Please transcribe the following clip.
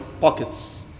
pockets